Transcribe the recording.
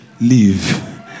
Leave